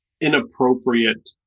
inappropriate